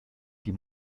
die